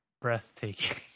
breathtaking